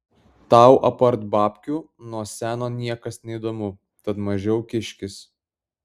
tau apart babkių nuo seno niekas neįdomu tad mažiau kiškis